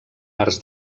arts